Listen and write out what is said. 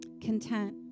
content